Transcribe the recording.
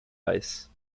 ice